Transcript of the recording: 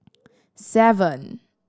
seven